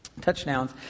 touchdowns